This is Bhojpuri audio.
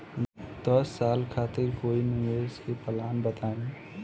दस साल खातिर कोई निवेश के प्लान बताई?